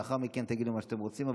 לאחר מכן תגידו מה שאתם רוצים.